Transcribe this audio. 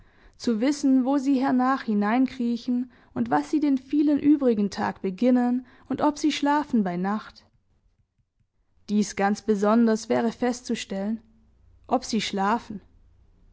zu wissen wo sie hernach hineinkriechen und was sie den vielen übrigen tag beginnen und ob sie schlafen bei nacht dies ganz besonders wäre festzustellen ob sie schlafen